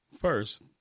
First